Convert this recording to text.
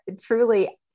truly